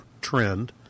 trend